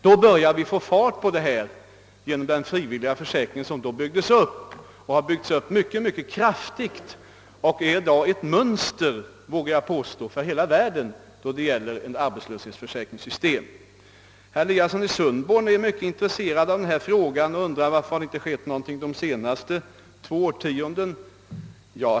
Då påbörjades nämligen den frivilliga försäkringen, som sedan byggts upp mycket kraftigt och som nu är ett mönster, vågar jag påstå, för hela världen då det gäller arbetslöshetsförsäkringssystem. Herr Eliasson i Sundborn är mycket intresserad av denna fråga och undrar varför det inte har skett någonting de senaste två årtiondena.